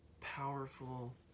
powerful